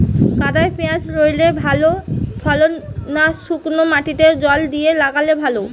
কাদায় পেঁয়াজ রুইলে ভালো ফলন না শুক্নো মাটিতে জল দিয়ে লাগালে?